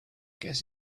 guess